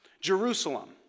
Jerusalem